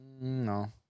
No